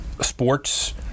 sports